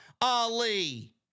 Ali